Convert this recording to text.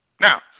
Now